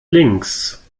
links